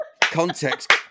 context